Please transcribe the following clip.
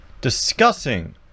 discussing